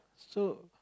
so